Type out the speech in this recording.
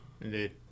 Indeed